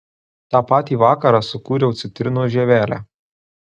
tą patį vakarą sukūriau citrinos žievelę